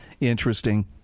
Interesting